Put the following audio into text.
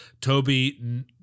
Toby